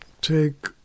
take